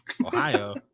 Ohio